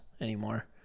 anymore